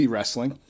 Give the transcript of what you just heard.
Wrestling